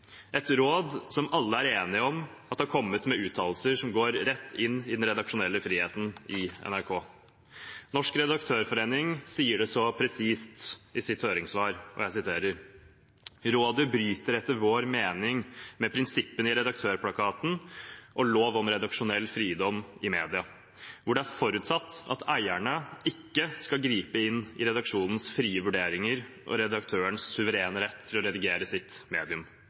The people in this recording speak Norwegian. et råd som alle er enige om at har kommet med uttalelser som går rett inn i den redaksjonelle friheten i NRK. Norsk redaktørforening sier det så presist i sitt høringssvar: «Rådet bryter etter vår mening med prinsippene i Redaktørplakaten og Lov om redaksjonell fridom i media, hvor det er forutsatt at eierne ikke skal gripe inn i redaksjonens frie vurderinger og redaktørens suverene rett til å redigere sitt medium.